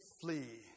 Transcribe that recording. Flee